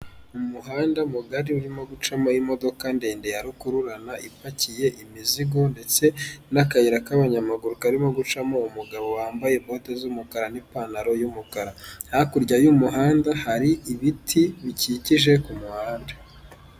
Umuhanda mugari urimo gucamo imodoka ndende ya rukururana ipakiye imizigo ndetse n'akayira k'abanyamaguru karimo gucamo umugabo wambaye bote z'umukara n'ipantaro y'umukara, hakurya y'umuhanda hari ibiti bikikije ku muhanda.